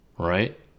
Right